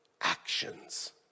actions